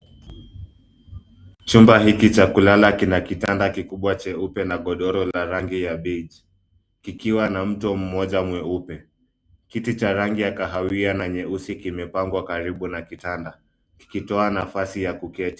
Chumba hiki cha kulala kina kitanda kikubwa cheupe na godoro la rangi ya beige ,kikiwa na mto mmoja mweupe. Kiti cha rangi ya kahawia, na nyeusi kimepangwa karibu na kitanda, kikitoa nafasi ya kuketi.